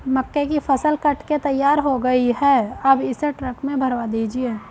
मक्के की फसल कट के तैयार हो गई है अब इसे ट्रक में भरवा दीजिए